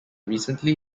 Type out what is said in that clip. recently